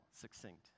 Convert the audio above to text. succinct